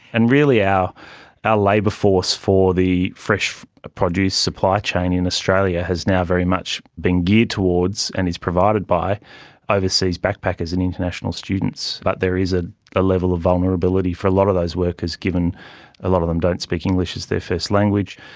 and really our ah labour force for the fresh produce supply chain in australia has now very much been geared towards and is provided by overseas backpackers and international students. but there is ah a level of vulnerability for a lot of those workers given a lot of them don't speak english as their first language.